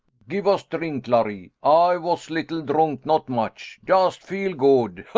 give us drink, larry. ay vas little drunk, not much. yust feel good.